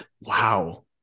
Wow